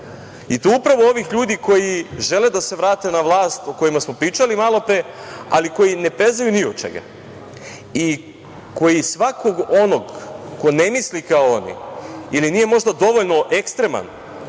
I tu upravo ovih ljudi koji žele da se vrate na vlast, o kojima smo pričali malopre, ali koji ne prezaju ni od čega i koji svakog onog ko ne misli kao oni ili nije možda dovoljno ekstreman